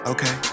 Okay